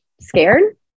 scared